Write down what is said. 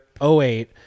08